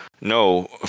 No